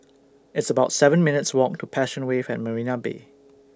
It's about seven minutes' Walk to Passion Wave At Marina Bay